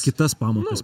kitas pamokas